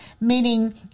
Meaning